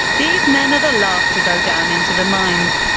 these men are the last to go down into the mines.